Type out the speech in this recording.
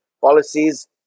policies